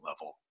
level